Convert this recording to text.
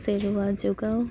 ᱥᱮᱨᱣᱟ ᱡᱚᱜᱟᱣ